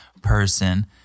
person